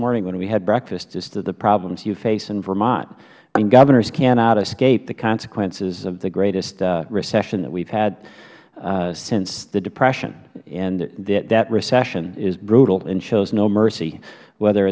morning when we had breakfast as to the problems you face in vermont governors cannot escape the consequences of the greatest recession that we have had since the depression and that recession is brutal and shows no mercy whether